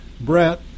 Brett